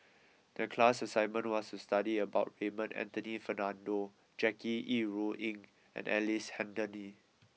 the class assignment was to study about Raymond Anthony Fernando Jackie Yi Ru Ying and Ellice Handly